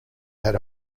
had